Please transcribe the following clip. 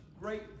great